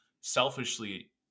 selfishly